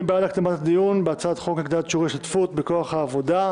מי בעד הקדמת הדיון בהצעת חוק להגדלת שיעור ההשתתפות בכוח העבודה?